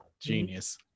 Genius